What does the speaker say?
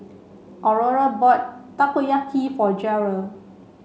Aurore bought Takoyaki for Gearld